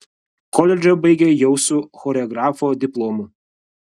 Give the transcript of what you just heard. koledžą baigė jau su choreografo diplomu